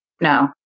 No